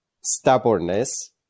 stubbornness